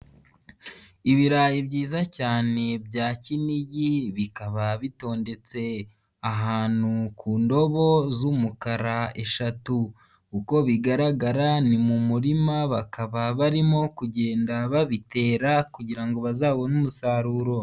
Ibirayi byiza cyane bya kinigi, bikaba bitondetse ahantu ku ndobo z'umukara eshatu, uko bigaragara ni mu murima, bakaba barimo kugenda babitera kugira ngo bazabone umusaruro.